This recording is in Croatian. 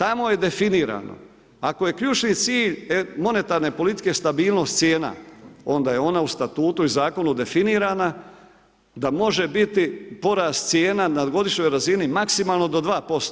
Tamo je definirano ako je ključni cilj monetarne politike stabilnost cijena, onda je ona u statutu i zakonu definirana da može biti porast cijena na godišnjoj razini maksimalno do 2%